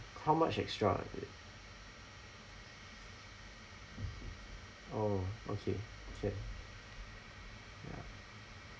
how much extra is it orh okay sure ya